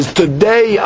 today